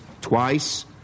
twice